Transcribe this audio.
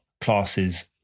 classes